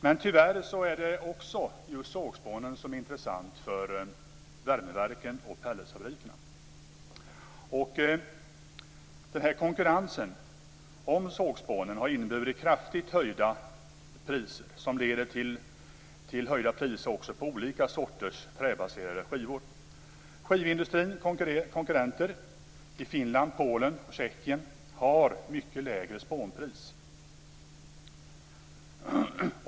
Men tyvärr är det just sågspånen som är intressanta för värmeverken och pelletsfabrikerna. Konkurrensen om sågspånen har inneburit kraftigt höjda priser, vilket också leder till höjda priser på olika sorters träbaserade skivor. Skivindustrins konkurrenter i Finland, Polen och Tjeckien har mycket lägre spånpris.